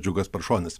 džiugas paršonis